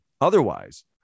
otherwise